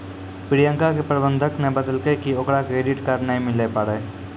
प्रियंका के प्रबंधक ने बतैलकै कि ओकरा क्रेडिट कार्ड नै मिलै पारै